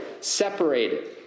separated